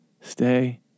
stay